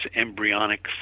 embryonic